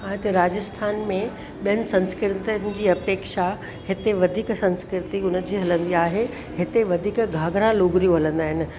हा हिते राजस्थान में ॿियनि संस्कृतियुनि जी अपेक्षा हिते वधीक संस्कृति उन जी हलंदी आहे हिते वधीक घाघरा लुगड़ियूं हलंदा आहिनि